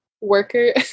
worker